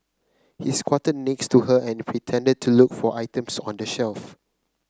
he squatted next to her and pretended to look for items on the shelf